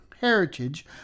heritage